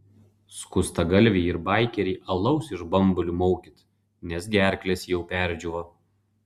skustagalviai ir baikeriai alaus iš bambalių maukit nes gerklės jau perdžiūvo